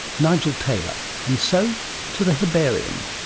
nigel taylor. and so to the herbarium.